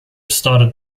started